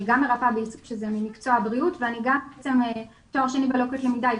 אני גם מרפאה בעיסוק שזה מקצוע בריאות ואני גם תואר שני בלקויות למידה,